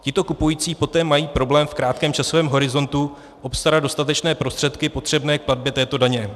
Tito kupující poté mají problém v krátkém časovém horizontu obstarat dostatečné prostředky potřebné k platbě této daně.